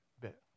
bit